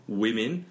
women